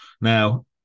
Now